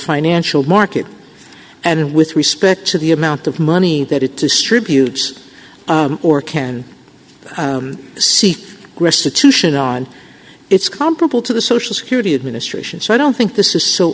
financial market and with respect to the amount of money that it distributes or can see restitution on it's comparable to the social security administration so i don't think this is so